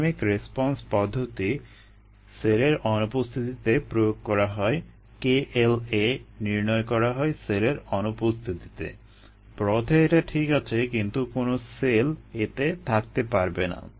dynamic response পদ্ধতি সেলের অনুপস্থিতিতে প্রয়োগ করা হয় kLa নির্ণয় করা হয় সেলের অনুপস্থিতিতে ব্রথে এটা ঠিক আছে কিন্তু কোনো সেল এতে থাকতে পারবে না